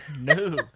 No